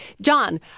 John